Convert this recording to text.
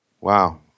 Wow